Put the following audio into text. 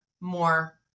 more